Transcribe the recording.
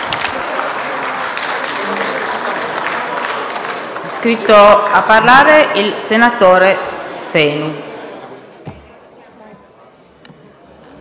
iscritto a parlare il senatore Aimi.